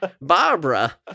Barbara